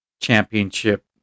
championship